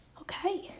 Okay